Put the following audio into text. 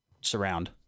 surround